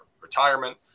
retirement